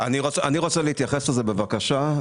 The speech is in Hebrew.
אני רוצה להתייחס לזה, בבקשה.